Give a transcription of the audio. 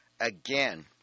Again